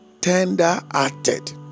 tender-hearted